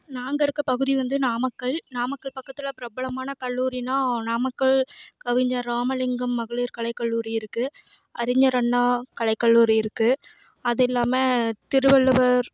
நாங்கள் இருக்க பகுதி வந்து நாமக்கல் நாமக்கல் பக்கத்தில் பிரபலமான கல்லூரின்னா நாமக்கல் கவிஞர் ராமலிங்கம் மகளிர் கலை கல்லூரி இருக்கு அறிஞர் அண்ணா கலை கல்லூரி இருக்கு அது இல்லாம திருவள்ளுவர்